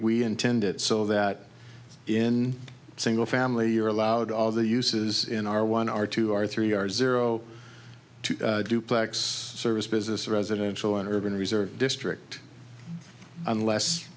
we intend it so that in single family you're allowed all the uses in our one are two or three r s zero two duplex service business residential and urban reserve district unless